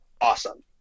awesome